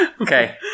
Okay